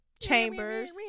chambers